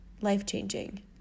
life-changing